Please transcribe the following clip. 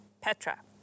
Petra